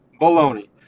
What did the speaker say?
Baloney